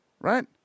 Right